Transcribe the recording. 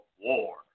war